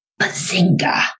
Bazinga